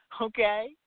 okay